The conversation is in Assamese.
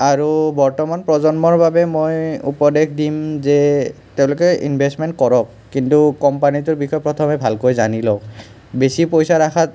আৰু বৰ্তমান প্ৰজন্মৰ বাবে মই উপদেশ দিম যে তেওঁলোকে ইনভেচমেণ্ট কৰক কিন্তু কম্পানীটোৰ বিষয়ে প্ৰথমে ভালকৈ জানি লওক বেছি পইচা ৰখাত